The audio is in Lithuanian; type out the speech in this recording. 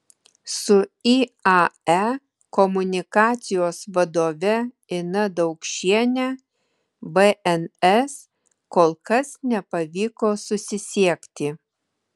su iae komunikacijos vadove ina daukšiene bns kol kas nepavyko susisiekti